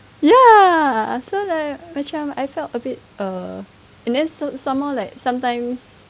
ya so like macam I felt a bit err and then still some more like sometimes